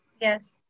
yes